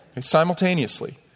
simultaneously